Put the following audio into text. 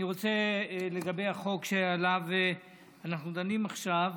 אני רוצה לדבר לגבי החוק שעליו אנחנו דנים עכשיו,